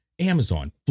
Amazon